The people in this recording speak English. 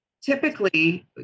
typically